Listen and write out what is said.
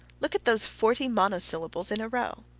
look at those forty monosyllables in a row!